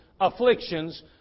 ...afflictions